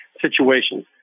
situations